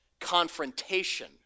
confrontation